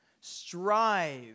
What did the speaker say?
strive